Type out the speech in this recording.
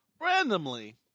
Randomly